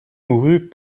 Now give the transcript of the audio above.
mourut